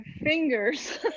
fingers